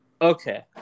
Okay